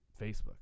Facebook